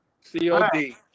COD